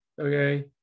okay